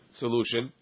solution